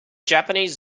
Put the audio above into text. japanese